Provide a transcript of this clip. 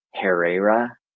Herrera